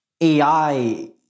AI